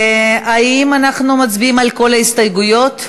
האם אנחנו מצביעים על כל ההסתייגויות?